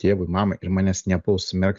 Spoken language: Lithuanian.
tėvui mamai ir manęs nepuls smerkt